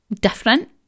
different